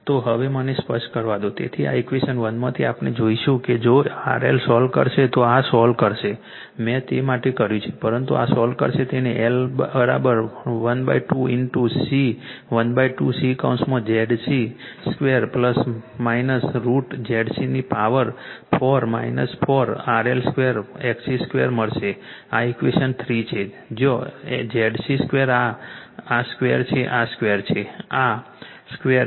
તો હવે મને સ્પષ્ટ કરવા દો તેથી આ ઇક્વેશન 1 માંથી આપણે આ જોઈશું કે જો RL સોલ્વ કરશે તો આ સોલ્વ કરશે મેં તે માટે કર્યું છે પરંતુ આ સોલ્વ કરશે તેને L 12 ઇન્ટુ C 12 C કૌંસમાં ZC2 ±√ ZC 4 4 RL 2 XC 2 મળશે આ ઇક્વેશન 3 છે જ્યાં ZC 2 આ 2 છે